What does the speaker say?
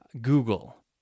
Google